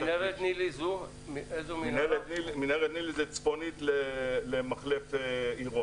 מינהרת נילי זה --- זה צפונית למחלף עירון.